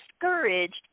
discouraged